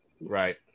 Right